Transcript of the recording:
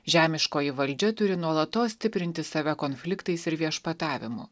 žemiškoji valdžia turi nuolatos stiprinti save konfliktais ir viešpatavimu